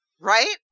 Right